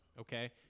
okay